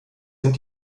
sind